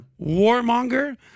Warmonger